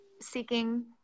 seeking